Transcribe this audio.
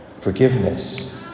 forgiveness